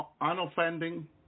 unoffending